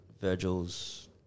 Virgil's